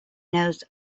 knows